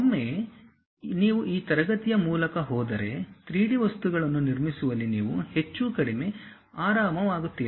ಒಮ್ಮೆ ನೀವು ಈ ತರಗತಿಯ ಮೂಲಕ ಹೋದರೆ 3D ವಸ್ತುಗಳನ್ನು ನಿರ್ಮಿಸುವಲ್ಲಿ ನೀವು ಹೆಚ್ಚು ಕಡಿಮೆ ಆರಾಮವಾಗಿರುತ್ತೀರಿ